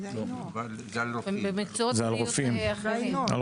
זה על רופאים.